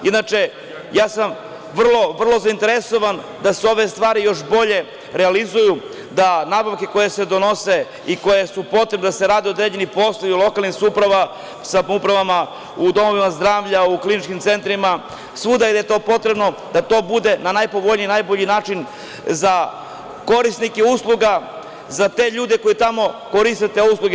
Inače, ja sam vrlo zainteresovan da se ove stvari još bolje realizuju, da nabavke koje se donose i koje su potrebne, da se rade određeni poslovi u lokalnim samoupravama, u domovima zdravlja, u kliničkim centrima, svuda gde je to potrebno da to bude na najpovoljniji, najbolji način za korisnike usluga, za te ljude koji tamo koriste te usluge.